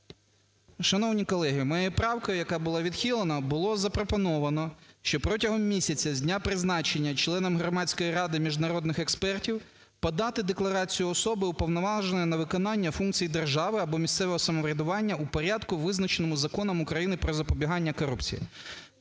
Шановні колеги, моєю правкою, яка була відхилена, було запропоновано, що протягом місяця з дня призначення членом Громадської ради міжнародних експертів подати декларацію особи, уповноваженої на виконання функцій держави або місцевого самоврядування, у порядку, визначеному Законом України про запобігання корупції.